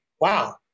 wow